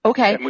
Okay